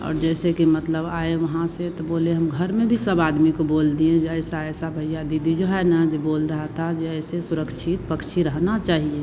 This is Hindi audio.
और जैसे कि मतलब आए वहाँ से तो बोले हम घर में भी सब आदमी को बोल दिए ऐसा ऐसा भैया दीदी जो है ना जे बोल रहा था जो ऐसे सुरक्षित पक्षी रहना चाहिए